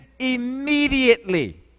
immediately